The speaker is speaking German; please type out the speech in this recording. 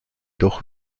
doch